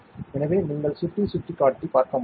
எனவே நீங்கள் சுட்டி சுட்டிக்காட்டி பார்க்க முடியும்